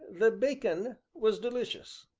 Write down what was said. the bacon was delicious.